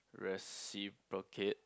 reciprocate